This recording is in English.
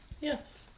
Yes